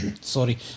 Sorry